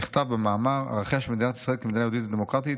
נכתב במאמר "ערכיה של מדינת ישראל כמדינה יהודית ודמוקרטית",